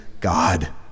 God